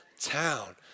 town